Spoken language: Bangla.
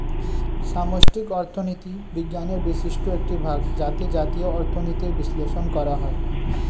সামষ্টিক অর্থনীতি বিজ্ঞানের বিশিষ্ট একটি ভাগ যাতে জাতীয় অর্থনীতির বিশ্লেষণ করা হয়